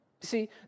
See